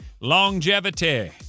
longevity